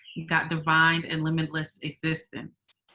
got divined in limitless existence.